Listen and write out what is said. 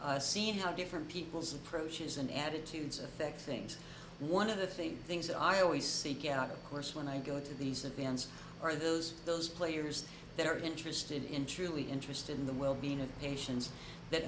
seeing how different people's approaches and attitudes affect things one of the things things that i always seek out a course when i go to these events are those those players that are interested in truly interested in the well being of patients that